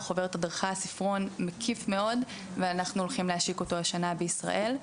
נשיק את החוברת השנה בישראל.